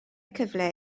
cyfle